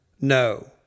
No